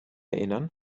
erinnern